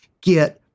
get